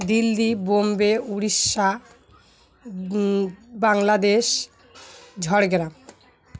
Delhi Bombay Orissa Bangladesh Jhargram